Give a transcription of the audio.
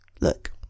Look